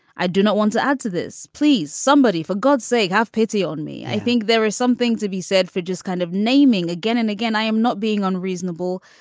i do not want to add to this. please somebody for god's sake have pity on me. i think there is something to be said for just kind of naming again and again i am not being unreasonable.